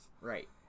right